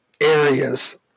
areas